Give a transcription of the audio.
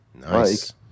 Nice